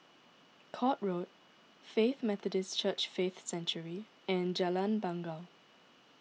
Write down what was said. Court Road Faith Methodist Church Faith Sanctuary and Jalan Bangau